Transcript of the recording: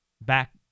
back